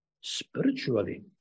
spiritually